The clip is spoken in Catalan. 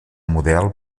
model